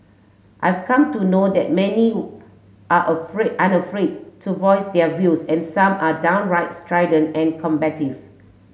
I've come to know that many are afraid unafraid to voice their views and some are downright strident and combative